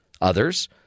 others